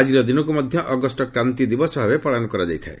ଆକ୍ଟିର ଦିନଟିକୁ ମଧ୍ୟ ଅଗଷ୍ଟ କ୍ରାନ୍ତି ଦିବସ ଭାବେ ପାଳନ କରାଯାଇଥାଏ